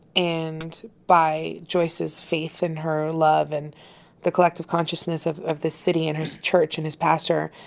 and by joyce's faith and her love and the collective consciousness of of the city and his church and his pastor,